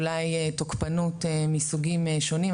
אולי תוקפנות מסוגים שונים,